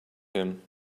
him